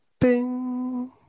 bing